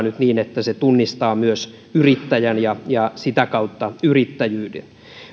nyt niin että se tunnistaa myös yrittäjän ja ja sitä kautta yrittäjyyden